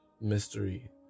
mystery